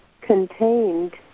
contained